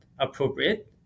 appropriate